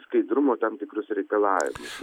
skaidrumo tam tikrus reikalavimus